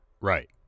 Right